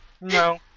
No